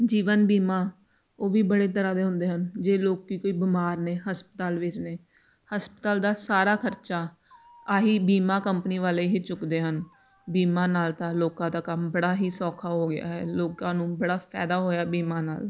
ਜੀਵਨ ਬੀਮਾ ਉਹ ਵੀ ਬੜੇ ਤਰ੍ਹਾਂ ਦੇ ਹੁੰਦੇ ਹਨ ਜੇ ਲੋਕ ਕੋਈ ਬਿਮਾਰ ਨੇ ਹਸਪਤਾਲ ਵਿੱਚ ਨੇ ਹਸਪਤਾਲ ਦਾ ਸਾਰਾ ਖਰਚਾ ਆਹੀ ਬੀਮਾ ਕੰਪਨੀ ਵਾਲੇ ਹੀ ਚੁੱਕਦੇ ਹਨ ਬੀਮਾ ਨਾਲ ਤਾਂ ਲੋਕਾਂ ਦਾ ਕੰਮ ਬੜਾ ਹੀ ਸੌਖਾ ਹੋ ਗਿਆ ਹੈ ਲੋਕਾਂ ਨੂੰ ਬੜਾ ਫਾਇਦਾ ਹੋਇਆ ਬੀਮਾ ਨਾਲ